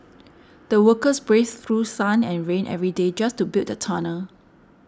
the workers braved through sun and rain every day just to build a tunnel